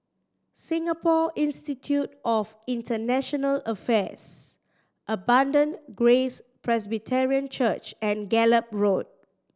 Singapore Institute of International Affairs Abundant Grace Presbyterian Church and Gallop Road